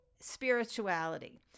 spirituality